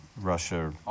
Russia